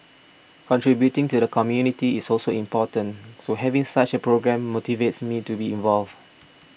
contributing to the community is also important so having such a programme motivates me to be involved